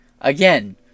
again